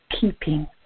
keeping